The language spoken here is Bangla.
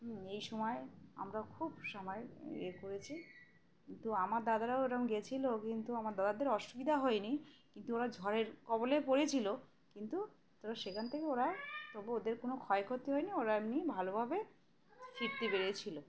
হ এই সময় আমরা খুব সময় ইয়ে করেছি কিন্তু আমার দাদারাও ওরকম গিয়েছিলো কিন্তু আমার দাদাদের অসুবিধা হয়নি কিন্তু ওরা ঝড়ের কবলে পড়েছিলো কিন্তু তরা সেখান থেকে ওরা তবু ওদের কোনো ক্ষয়ক্ষতি হয়নি ওরা এমনি ভালোভাবে ফিরতে পেরেছিলো